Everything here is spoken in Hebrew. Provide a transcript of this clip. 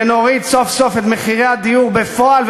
ונוריד סוף-סוף את מחירי הדיור בפועל,